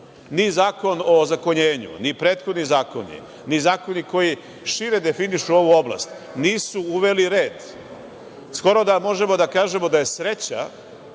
Ni Zakon o ozakonjenju, ni prethodni zakoni, ni zakoni koji šire definišu ovu oblast nisu uveli red. Skoro da možemo da kažemo da je sreća